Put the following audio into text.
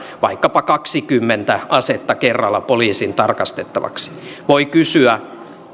vaikkapa kaksikymmentä asetta kerralla poliisin tarkastettavaksi voi kysyä